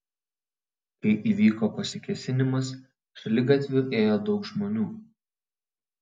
kai įvyko pasikėsinimas šaligatviu ėjo daug žmonių